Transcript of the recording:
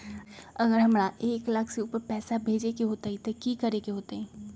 अगर हमरा एक लाख से ऊपर पैसा भेजे के होतई त की करेके होतय?